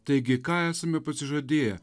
taigi ką esame pasižadėję